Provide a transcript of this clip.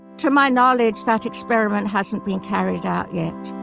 to my knowledge, that experiment hasn't been carried out yet